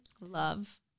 Love